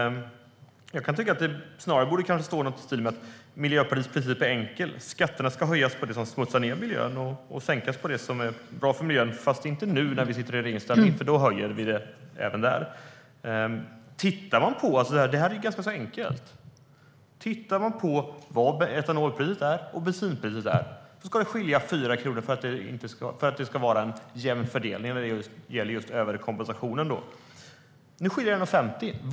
Snarare borde det stå något i stil med: Miljöpartiets princip är enkel. Skatterna ska höjas på det som smutsar ned miljön och sänkas på det som är bra för miljön, fast inte nu när vi sitter i regeringsställning, för då höjer vi skatterna även där. Det här är ganska så enkelt. Jämför man etanolpriset och bensinpriset ska det skilja 4 kronor för att det ska vara en jämn fördelning utan överkompensation. Nu skiljer det 1,50 kronor.